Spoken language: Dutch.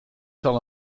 zal